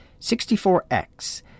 64X